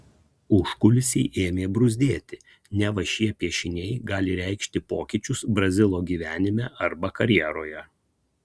užkulisiai ėmė bruzdėti neva šie piešiniai gali reikšti pokyčius brazilo gyvenime arba karjeroje